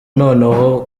noneho